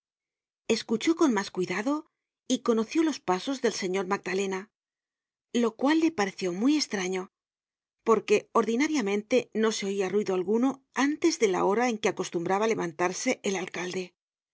escuchó con mas cuidado y conoció los pasos del señor magdalena lo cual le pareció muy estraño porque ordinariamente no se oia ruido alguno antes de la hora en que acostumbraba levantarse el alcalde